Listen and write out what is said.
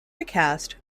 recast